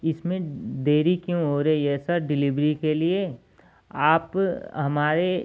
इसमें देरी क्यों हो रही है सर डिलेवरी के लिये आप हमारे